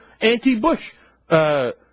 anti-Bush